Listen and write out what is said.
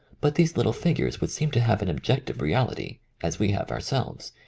but these little figures would seem to have an objective reality, as we have ourselves,